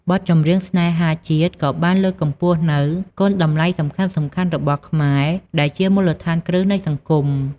បទចម្រៀងស្នេហាជាតិក៏បានលើកកម្ពស់នូវ គុណតម្លៃសំខាន់ៗរបស់ខ្មែរ ដែលជាមូលដ្ឋានគ្រឹះនៃសង្គម។